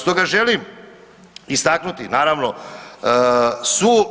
Stoga želim istaknuti naravno svu